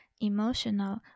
emotional